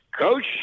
Coach